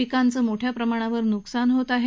पिकांचं मोठ्या प्रमाणावर नुकसान झालं आहे